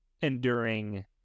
enduring